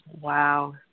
Wow